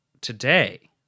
today